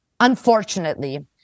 Unfortunately